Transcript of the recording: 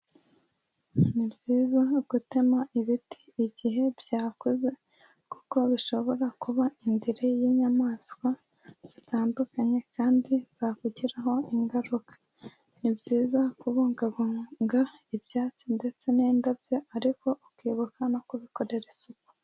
Nibyiza gutema ibiti igihe byakuze kuko bishobora kuba indiri y'inyamaswa zitandukanye kandi zakugiraho ingaruka, ni byiza kubungabunga ibyatsi ndetse n'indabyo ariko ukibuka no kubikorera isuku.